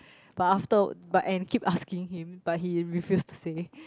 but after but and keep asking him but he refuse to say